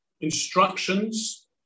instructions